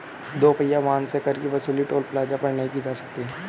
दो पहिया वाहन से कर की वसूली टोल प्लाजा पर नही की जाती है